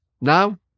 now